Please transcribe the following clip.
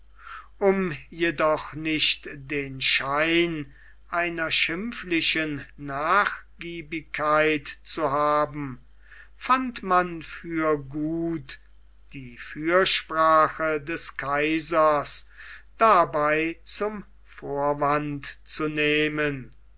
um jedoch nicht den schein einer schimpflichen nachgiebigkeit zu haben fand man für gut die fürsprache des kaisers dabei zum vorwande zu nehmen